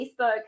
Facebook